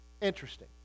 interesting